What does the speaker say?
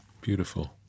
Beautiful